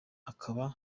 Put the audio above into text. akaba